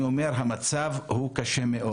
אני אומר, המצב הוא קשה מאוד.